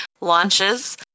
launches